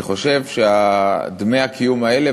אני חושב שדמי הקיום האלה,